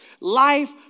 life